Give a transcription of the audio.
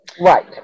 right